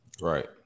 Right